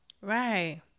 Right